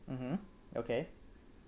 mmhmm okay